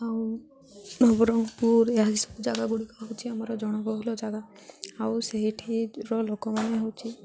ଆଉ ନବରଙ୍ଗପୁର ଏହିସବୁ ଜାଗା ଗୁଡ଼ିକ ହେଉଛି ଆମର ଜନବହୁଳ ଜାଗା ଆଉ ସେଇଠିର ଲୋକମାନେ ହେଉଛନ୍ତି